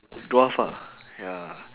dwarf ah ya